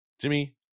Jimmy